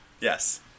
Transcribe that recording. Yes